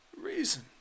reason